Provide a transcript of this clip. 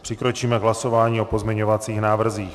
Přikročíme k hlasování o pozměňovacích návrzích.